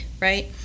right